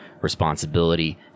responsibility